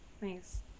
Nice